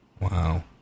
Wow